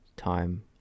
time